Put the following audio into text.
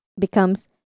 becomes